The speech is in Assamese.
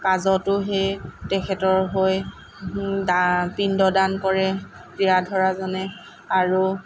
কাজতো সেই তেখেতৰ হৈ দা পিণ্ড দান কৰে ক্ৰিয়া ধৰাজনে আৰু